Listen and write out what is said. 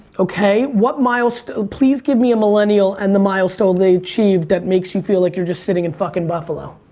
okay, what milestone, please give me a millennial and the milestone they achieved that makes you feel like you're just sitting in fucking buffalo?